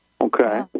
Okay